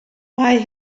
mae